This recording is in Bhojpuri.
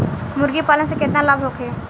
मुर्गीपालन से केतना लाभ होखे?